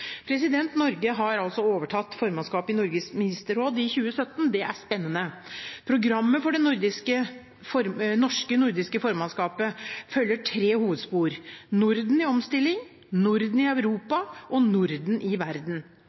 Norge har altså overtatt formannskapet i Nordisk ministerråd i 2017 – det er spennende. Programmet for det norske nordiske formannskapet følger tre hovedspor: Norden i omstilling, Norden i Europa og Norden i verden.